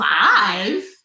five